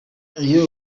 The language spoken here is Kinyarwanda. iyo